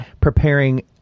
preparing